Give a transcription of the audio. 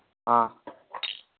ꯑ